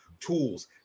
tools